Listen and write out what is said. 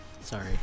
Sorry